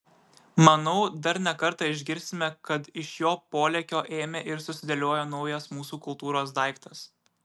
manau dar ne kartą išgirsime kad iš jo polėkio ėmė ir susidėliojo naujas mūsų kultūros daiktas